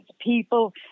people